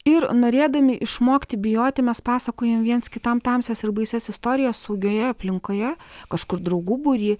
ir norėdami išmokti bijoti mes pasakojam viens kitam tamsias ir baisias istorijas saugioje aplinkoje kažkur draugų būry